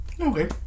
Okay